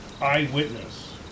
Eyewitness